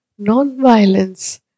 nonviolence